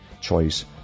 choice